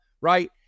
Right